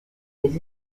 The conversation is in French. des